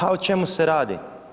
A o čemu se radi?